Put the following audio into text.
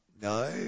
no